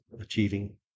achieving